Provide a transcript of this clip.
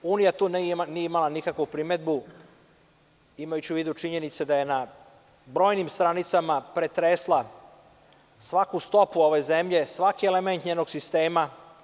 Unija tu nije imala nikakvu primedbu imajući u vidu činjenice da je na brojnim stranicama pretresla svaku stopu ove zemlje, svaki element njenog sistema.